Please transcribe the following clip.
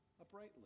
uprightly